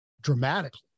dramatically